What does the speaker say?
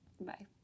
Bye